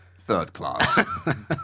third-class